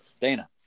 Dana